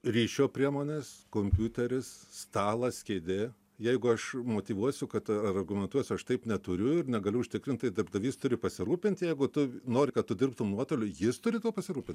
ryšio priemonės kompiuteris stalas kėdė jeigu aš motyvuosiu kad argumentuosiu aš taip neturiu ir negaliu užtikrintai darbdavys turi pasirūpinti jeigu tu nori kad tu dirbtum nuotoliu jis turi tuo pasirūpint